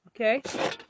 okay